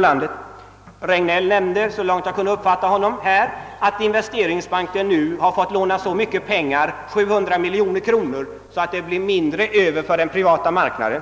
dem. Herr Regnéll nämnde, såvitt jag kunde uppfatta, att vi har det problemet inom vårt land att investeringsbanken fått låna så mycket pengar, 700 miljoner kronor, att det blir mycket litet över för den privata marknaden.